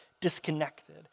disconnected